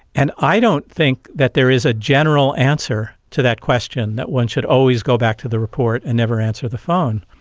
and i don't think that there is a general answer to that question, that one should always go back to the report and never answer the phone.